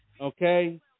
okay